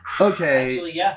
Okay